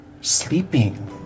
Sleeping